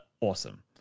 awesome